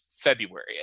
February